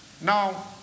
Now